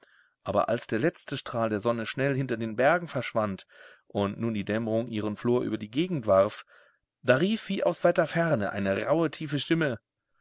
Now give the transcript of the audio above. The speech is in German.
aber als der letzte strahl der sonne schnell hinter den bergen verschwand und nun die dämmerung ihren flor über die gegend warf da rief wie aus weiter ferne eine rauhe tiefe stimme